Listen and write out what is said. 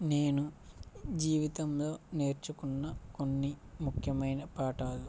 నేను జీవితంలో నేర్చుకున్న కొన్నిముఖ్యమైన పాఠాలు